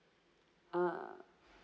uh